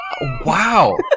wow